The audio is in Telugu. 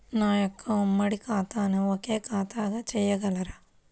నా యొక్క ఉమ్మడి ఖాతాను ఒకే ఖాతాగా చేయగలరా?